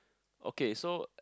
okay so